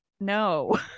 no